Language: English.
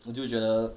我就觉得